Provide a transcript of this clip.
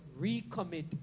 recommit